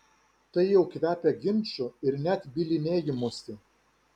tai jau kvepia ginču ir net bylinėjimusi